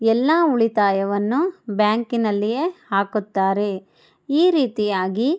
ಎಲ್ಲ ಉಳಿತಾಯವನ್ನು ಬ್ಯಾಂಕಿನಲ್ಲಿಯೇ ಹಾಕುತ್ತಾರೆ ಈ ರೀತಿಯಾಗಿ